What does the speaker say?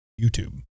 YouTube